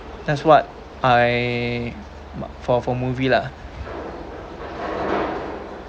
that's what I for for movie lah